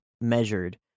measured